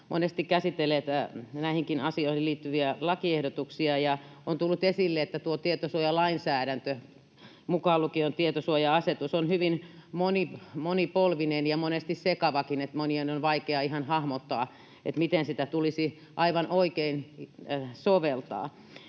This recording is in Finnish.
monesti käsitelleet näihinkin asioihin liittyviä lakiehdotuksia. On tullut esille, että tuo tietosuojalainsäädäntö, mukaan lukien tietosuoja-asetus, on hyvin monipolvinen ja monesti sekavakin — monien on vaikea ihan hahmottaa, miten sitä tulisi aivan oikein soveltaa.